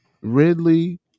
Ridley